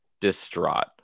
distraught